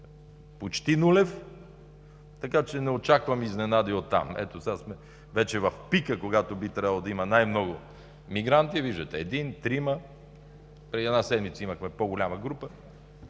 почти нулев, така че не очаквам изненади оттам. Ето сега сме вече в пика, когато би трябвало да има най-много мигранти. Виждате – един, трима, преди една седмица имахме по-голяма група,